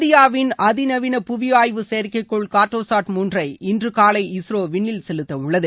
இந்தியாவின் அதிநவீன புவி ஆய்வு செயற்கைகோள் கார்ட்டோ சாட் மூன்றை இன்று காலை இஸ்ரோ விண்ணில் செலுத்த உள்ளது